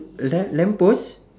la~ lamp post